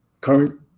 current